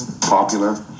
popular